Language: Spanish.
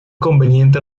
conveniente